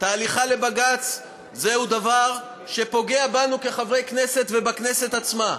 ההליכה לבג"ץ היא דבר שפוגע בנו כחברי כנסת ובכנסת עצמה.